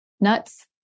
nuts